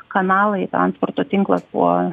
kanalai transporto tinklas buvo